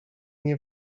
nie